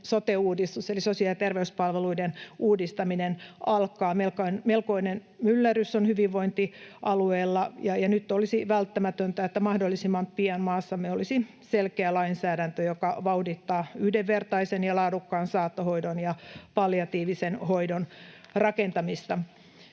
sote-uudistus eli sosiaali- ja terveyspalveluiden uudistaminen alkaa. Melkoinen myllerrys on hyvinvointialueilla, ja nyt olisi välttämätöntä, että mahdollisimman pian maassamme olisi selkeä lainsäädäntö, joka vauhdittaa yhdenvertaisen ja laadukkaan saattohoidon ja palliatiivisen hoidon rakentamista.